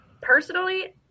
Personally